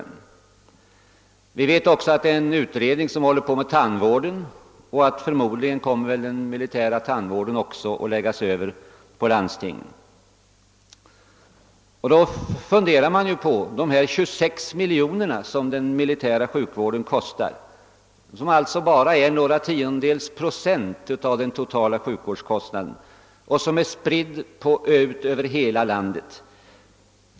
Vi vet också att en utredning för närvarande arbetar med frågan om tandvården, och förmodligen kommer den militära tandvården att läggas under landstingens huvudmannaskap. Då funderar man på dessa 26 miljoner kronor, som den militära sjukvården kostar och som alltså utgör endast några tiondels procent av de totala sjukvårdskostnaderna, fördelade på små vårdenheter utspridda över hela landet.